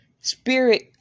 spirit